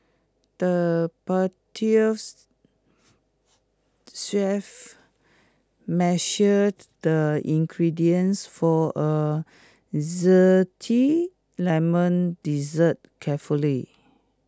the chef measured the ingredients for A Zesty Lemon Dessert carefully